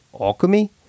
alchemy